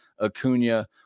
Acuna